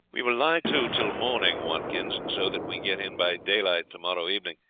we will lie to till morning, watkins. so that we get in by daylight tomorrow evening,